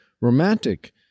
romantic